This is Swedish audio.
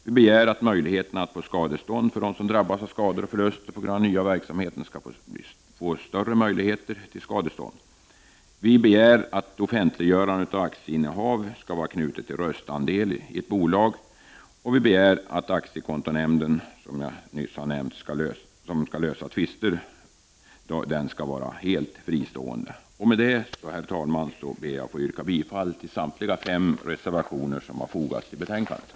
Vi begär att möjligheterna att få skadestånd för den som drabbas av skador och förluster på grund av den nya verksamheten skall bli större. Vi begär att offentliggörandet av aktieinnehav skall vara knutet till röstandel i ett bolag, och vi begär att aktiekontonämnden, som jag nyss nämnde, som skall lösa tvister skall vara helt fristående. Med detta, herr talman, yrkar jag bifall till samtliga de fem reservationer som har fogats till betänkandet.